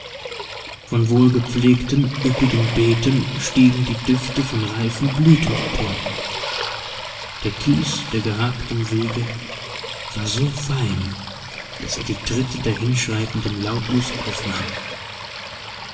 von wohlgepflegten üppigen beeten stiegen die düfte von reifen blüten empor der kies der geharkten wege war so fein daß er die tritte der hinschreitenden lautlos aufnahm